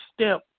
step